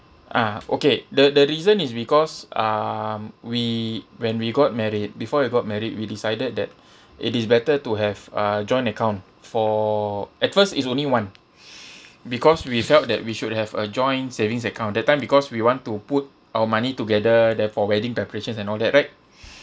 ah okay the the reason is because um we when we got married before we got married we decided that it is better to have a joint account for at first is only one because we felt that we should have a joint savings account that time because we want to put our money together there for wedding preparations and all that right